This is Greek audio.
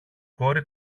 κόρη